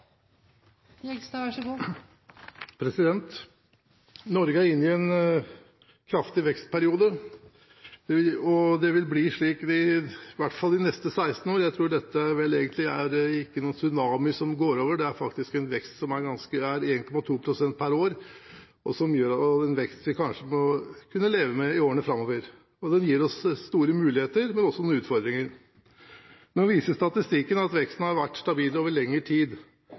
inne i en kraftig vekstperiode, og det vil bli slik i hvert fall de neste 16 år. Jeg tror egentlig ikke dette er noen tsunami som går over. Det er faktisk en vekst som er på 1,2 pst. per år, og som vi kanskje må leve med i årene framover. Den gir oss store muligheter, men også noen utfordringer. Nå viser statistikken at veksten har vært stabil over lengre tid.